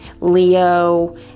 Leo